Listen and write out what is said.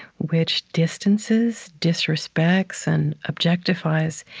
which distances, disrespects, and objectifies,